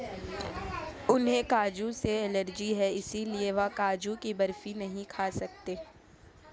उन्हें काजू से एलर्जी है इसलिए वह काजू की बर्फी नहीं खा सकते